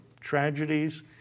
tragedies